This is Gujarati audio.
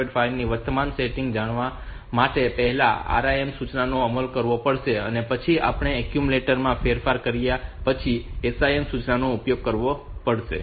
5 ની વર્તમાન સેટિંગ જાણવા માટે પહેલા RIM સૂચનાનો અમલ કરવો પડશે અને પછી આપણે એક્યુમ્યુલેટર માં ફેરફાર કર્યા પછી SIM સૂચનાનો ઉપયોગ કરવો પડશે